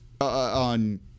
on